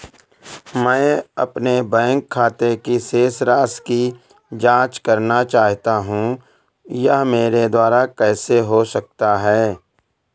मैं अपने बैंक खाते की शेष राशि की जाँच करना चाहता हूँ यह मेरे द्वारा कैसे हो सकता है?